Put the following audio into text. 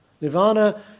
Nirvana